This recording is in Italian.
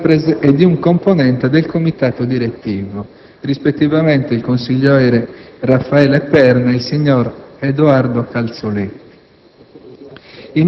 e di un componente del comitato direttivo, rispettivamente il consigliere Raffaele Perna e il signor Edoardo Calzoletti.